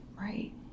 Right